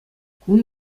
кун